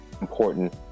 important